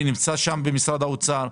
אני במשרד האוצר,